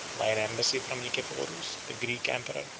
by an embassy from nicephorus, the greek emperor,